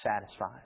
satisfies